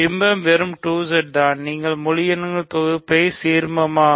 பிம்பம் வெறும் 2Z தான் நீங்கள் முழு எண்களின் தொகுப்பை சீர்மமா